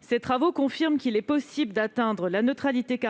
Ces travaux confirment qu'il est possible d'atteindre cet objectif